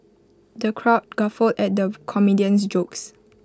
the crowd guffawed at the comedian's jokes